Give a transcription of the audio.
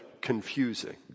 confusing